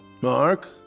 Mark